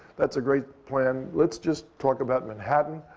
that's a great plan. let's just talk about manhattan.